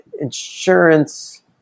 insurance